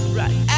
right